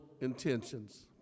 intentions